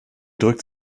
drückt